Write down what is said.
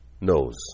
knows